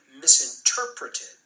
misinterpreted